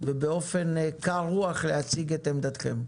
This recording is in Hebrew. ובאופן קר רוח להציג את עמדתכם.